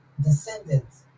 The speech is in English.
descendants